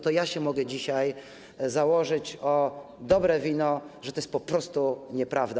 To ja się mogę dzisiaj założyć o dobre wino, że to jest po prostu nieprawda.